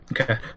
Okay